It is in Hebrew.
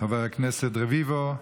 חבר הכנסת רביבו.